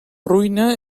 ruïna